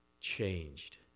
changed